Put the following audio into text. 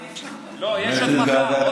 לא, יש עוד מחר.